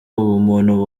ubumuntu